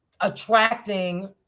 attracting